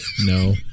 No